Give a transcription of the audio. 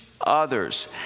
others